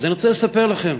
אני רוצה לספר לכם